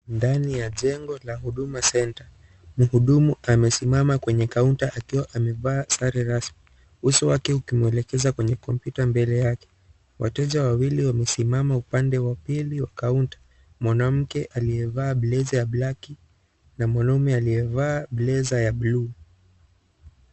Ndani ya jengo la huduma centre. Mhudumu amesimama kwenye kaunta akiwa amevaa sare rasmi uso wake ukimwelekeza kwenye kompyuta mbele yake. Wateja wawili wamesimama upande wa pili wa kaunta. Mwanamke aliyevaa bleza ya black na mwanamume aliyevaa bleza ya buluu.